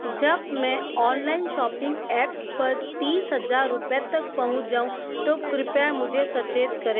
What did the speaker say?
जब मैं online shopping apps पर तीस हज़ार रुपये तक पहुँच जाऊँ तो कृपया मुझे सचेत करें